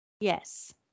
yes